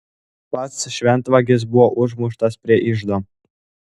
pats šventvagis buvo užmuštas prie iždo